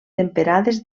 temperades